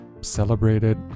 celebrated